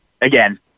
again